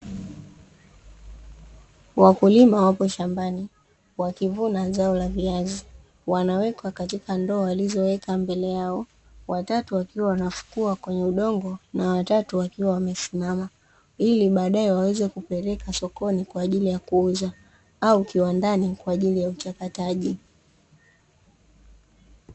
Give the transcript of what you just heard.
Wakulima wapo shambani wakivuna zao la viazi, wanaweka katika ndoo walizoweka mbele yao. Watatu wakiwa wanafukua kwenye udongo na watatu wakiwa wamesimama, ili badae waweze kupeleka sokoni kwa ajili ya kuuza au kiwandani kwa ajili ya uchakataji.